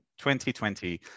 2020